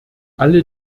alle